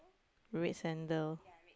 red sandal